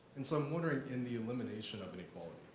and so i'm wondering in the elimination of inequality,